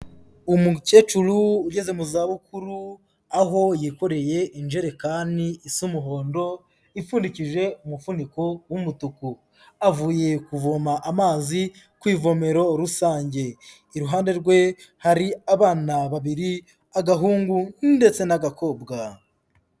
Umukecuru ugeze mu zabukuru, aho yikoreye injerekani isa umuhondo, ipfundikije umufuniko w'umutuku. Avuye kuvoma amazi ku ivomero rusange, iruhande rwe hari abana babiri agahungu ndetse n'agakobwa.